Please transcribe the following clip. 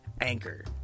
anchor